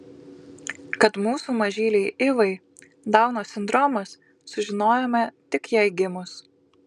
kad mūsų mažylei ivai dauno sindromas sužinojome tik jai gimus